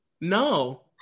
no